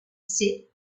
sit